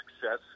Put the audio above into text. success